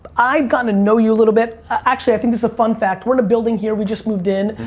i've gotten to know you a little bit. actually, i think this is a fun fact. we're in a building here, we just moved in.